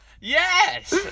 Yes